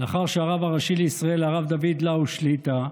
לאחר שהרב הראשי לישראל, הרב דוד לאו שליט"א,